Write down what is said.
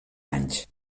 anys